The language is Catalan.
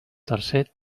tercer